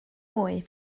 mwy